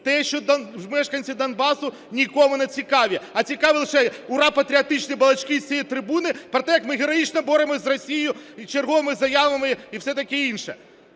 Те, що мешканці Донбасу нікому не цікаві, а цікаві лише ура-патріотичні балачки з цієї трибуни, про те, як ми героїчно боремося з Росією черговими заявами і все таке інше.